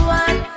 one